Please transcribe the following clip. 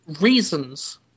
reasons